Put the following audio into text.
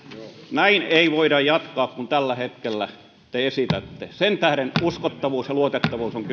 näin ei voida jatkaa niin kuin tällä hetkellä te esitätte sen tähden uskottavuus ja luotettavuus ovat